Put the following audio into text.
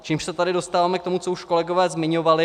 Čímž se tady dostáváme k tomu, co už kolegové zmiňovali.